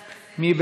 נתקבל.